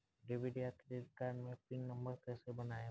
Debit या credit card मे pin number कैसे बनाएम?